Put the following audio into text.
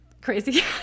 crazy